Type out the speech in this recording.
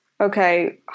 okay